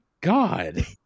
god